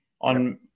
on